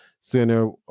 center